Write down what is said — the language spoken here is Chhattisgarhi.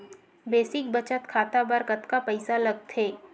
बेसिक बचत खाता बर कतका पईसा लगथे?